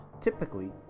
typically